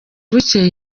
bukeye